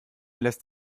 lässt